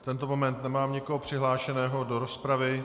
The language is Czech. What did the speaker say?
V tento moment nemám nikoho přihlášeného do rozpravy.